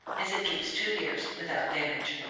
as it keeps two years without damage.